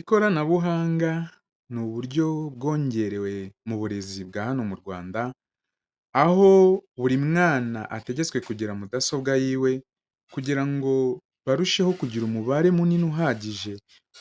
Ikoranabuhanga ni uburyo bwongerewe mu burezi bwa hano mu Rwanda, aho buri mwana ategetswe kugira mudasobwa yiwe kugira ngo barusheho kugira umubare munini uhagije